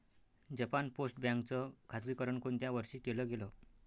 Japan post bank च खाजगीकरण कोणत्या वर्षी केलं गेलं?